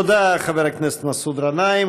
תודה, חבר הכנסת מסעוד גנאים.